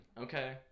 Okay